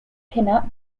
cannot